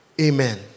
Amen